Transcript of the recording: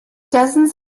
dozens